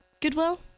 goodwill